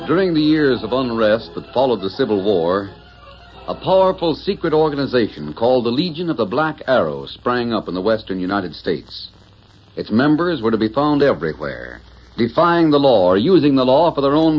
during the years of unrest that followed the civil war a powerful secret organization called the legion of the black arrow sprang up in the western united states its members were to be found everywhere be finding the law or using the law for their own